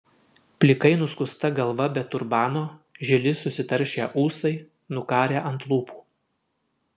plikai nuskusta galva be turbano žili susitaršę ūsai nukarę ant lūpų